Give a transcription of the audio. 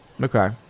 Okay